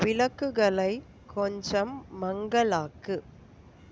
விளக்குகளை கொஞ்சம் மங்கலாக்கு